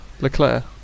Leclerc